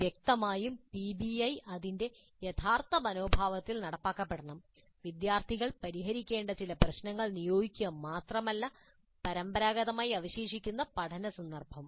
വ്യക്തമായും പിബിഐ അതിന്റെ യഥാർത്ഥ മനോഭാവത്തിൽ നടപ്പാക്കണം വിദ്യാർത്ഥികൾ പരിഹരിക്കേണ്ട ചില പ്രശ്നങ്ങൾ നിയോഗിക്കുക മാത്രമല്ല പരമ്പരാഗതമായി അവശേഷിക്കുന്ന പഠന സന്ദർഭം